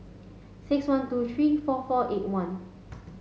six one two three four four eight one